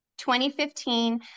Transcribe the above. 2015